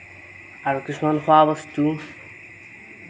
আৰু কিছুমান খোৱা বস্তু